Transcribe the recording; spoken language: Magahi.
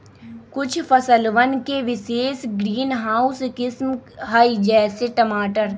कुछ फसलवन के विशेष ग्रीनहाउस किस्म हई, जैसे टमाटर